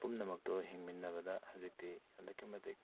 ꯄꯨꯝꯅꯄꯛꯇꯨ ꯍꯤꯡꯃꯤꯟꯅꯕꯗ ꯍꯧꯖꯤꯛꯇꯤ ꯑꯗꯨꯛꯀꯤ ꯃꯇꯤꯛ